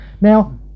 Now